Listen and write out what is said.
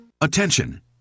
Attention